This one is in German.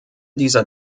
dieser